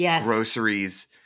groceries –